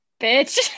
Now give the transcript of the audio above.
bitch